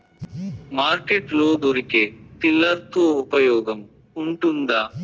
Market లో దొరికే tiller తో ఉపయోగం ఉంటుందా?